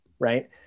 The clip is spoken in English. Right